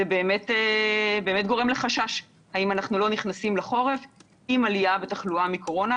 זה באמת גורם לחשש האם אנחנו לא נכנסים לחורף עם עלייה בתחלואה מקורונה.